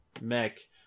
mech